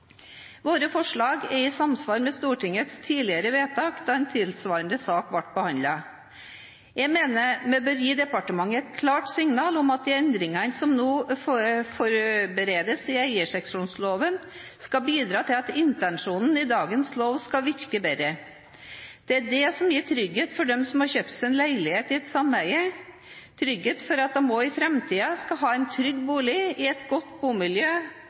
Våre forslag er i samsvar med Stortingets tidligere vedtak da en tilsvarende sak ble behandlet. Jeg mener vi bør gi departementet et klart signal om at de endringene som nå forberedes i eierseksjonsloven, skal bidra til at intensjonen i dagens lov skal virke bedre. Det er det som gir trygghet for dem som har kjøpt seg en leilighet i et sameie, trygghet for at de også i framtiden skal ha en trygg bolig i et godt bomiljø